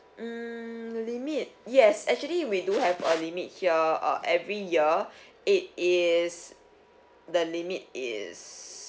mm limit yes actually we do have a limit here uh every year it is the limit is